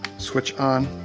switch on.